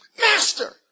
master